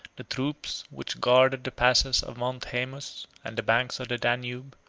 the troops which guarded the passes of mount haemus, and the banks of the danube,